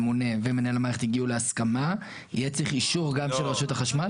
הממונה ומנהל המערכת הגיעו להסכמה יהיה צריך אישור גם של רשות החשמל?